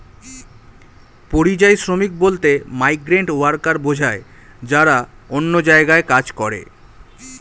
পরিযায়ী শ্রমিক বলতে মাইগ্রেন্ট ওয়ার্কার বোঝায় যারা অন্য জায়গায় কাজ করে